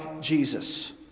Jesus